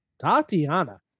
Tatiana